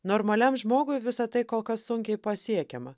normaliam žmogui visa tai kol kas sunkiai pasiekiama